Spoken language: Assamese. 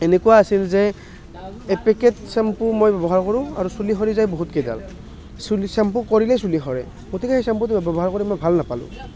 এনেকুৱা আছিল যে এপেকেট শ্ৱেম্পু মই ব্যৱহাৰ কৰোঁ আৰু চুলি সৰি যায় বহুত কেইডাল চুলি শ্ৱেম্পু কৰিলেই চুলি সৰে গতিকে গতিকে সেই শ্ৱেম্পুটো ব্যৱহাৰ কৰি মই ভাল নাপালোঁ